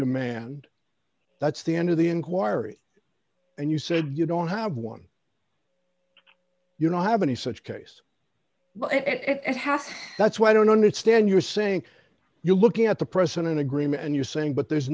demand that's the end of the inquiry and you said you don't have one you don't have any such case it has that's why i don't understand you're saying you're looking at the present in agreement and you're saying but there's